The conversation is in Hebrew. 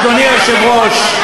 אדוני היושב-ראש,